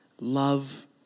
love